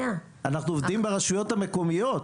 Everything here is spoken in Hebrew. אנחנו עובדים ברשויות המקומיות.